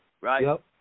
Right